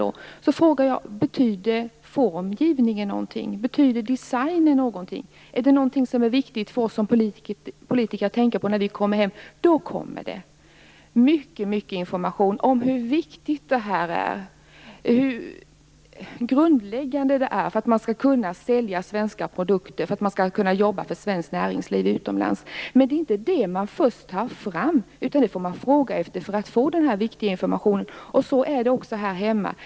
Då frågar jag: Betyder formgivningen och designen någonting? Är det något som är viktigt för oss som politiker att tänka på när vi kommer hem? Då kommer det mycket information om hur viktigt detta är, och hur grundläggande det är för att man skall kunna sälja svenska produkter och jobba för svenskt näringsliv utomlands. Det är alltså inte det som man först tar fram, utan man får fråga efter det för att få denna viktiga information. Och så är det också här hemma.